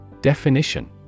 Definition